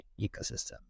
ecosystem